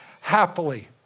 happily